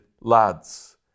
lads